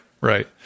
right